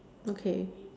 okay